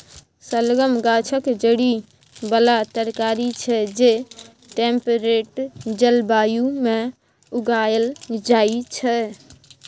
शलगम गाछक जड़ि बला तरकारी छै जे टेम्परेट जलबायु मे उगाएल जाइ छै